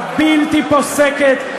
ההסתה הבלתי-פוסקת,